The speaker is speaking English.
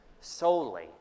solely